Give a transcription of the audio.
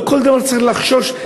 לא צריך לחשוש,